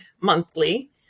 monthly